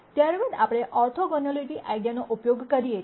ત્યારબાદ આપણે ઓર્થોગોનિલિટી આઇડિયાનો ઉપયોગ કરીએ છીએ